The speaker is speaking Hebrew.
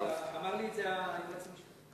אמר לי את זה היועץ המשפטי.